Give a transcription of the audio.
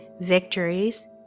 victories